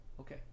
Okay